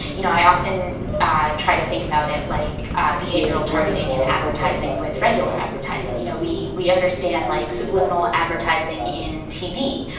you know, i often try to think about it like behavioral targeting and advertising with regular advertising. you know, we we understand, like, subliminal advertising in tv,